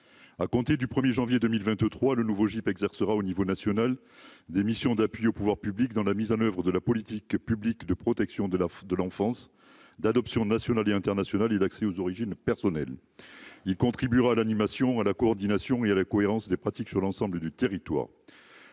à compter du 1er janvier 2023 le nouveau Jeep exercera au niveau national, des missions d'appui aux pouvoirs publics dans la mise en oeuvre de la politique publique de protection de la, de l'enfance d'adoption nationale et internationale et d'accès aux origines personnelles, il contribuera à l'animation à la coordination et à la cohérence des pratiques sur l'ensemble du territoire,